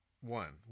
one